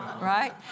right